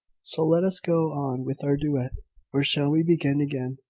so let us go on with our duet or shall we begin again?